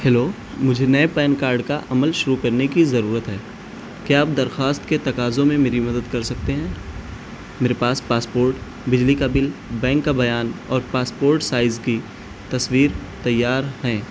hello مجھے نئے PAN card کا عمل شروع کرنے کی ضرورت ہے کیا آپ درخواست کے تقاضوں میں میری مدد کر سکتے ہیں میرے پاس پاسپورٹ بجلی کا بل بینک کا بیان اور پاسپورٹ سائز کی تصویر تیار ہیں